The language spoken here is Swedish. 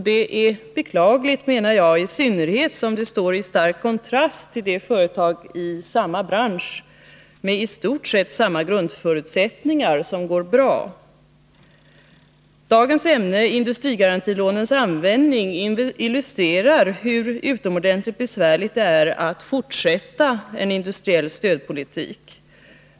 Detta är beklagligt, menar jag, i synnerhet som de står i stark kontrast till de företag i samma bransch — med i stort sett samma grundförutsättningar — som går bra. Dagens ämne — industrigarantilånens användning — illustrerar egentligen hur utomordentligt besvärligt det är att fortsätta en industriell stödpolitik.